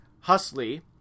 Husley